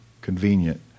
convenient